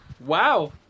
wow